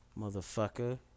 motherfucker